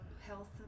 health